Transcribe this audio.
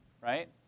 right